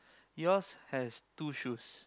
yours has two shoes